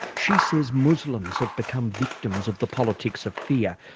she says muslims have become victims of the politics of fear.